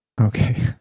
Okay